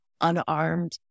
unarmed